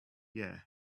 yeah